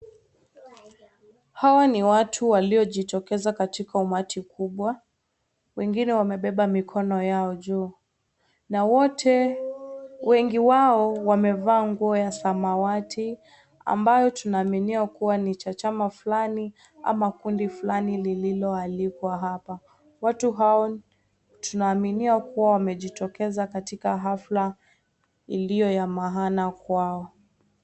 Hawa ni watu waliojitokeza katika umati kubwa, wengine wamebeba mikono yao juu na wote, wengi wao wamemevaa nguo ya samawati ambayo tunaaminia kuwa ni cha chama fulani ama kundi fulani lililoalikwa hapa. Watu hao tunaaminia kuwa wamejitokeza katika haflla iliyo ya maana kwao.